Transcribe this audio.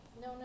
no